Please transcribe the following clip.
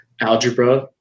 algebra